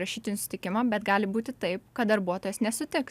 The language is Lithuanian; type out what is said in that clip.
rašytinį sutikimą bet gali būti taip kad darbuotojas nesutiks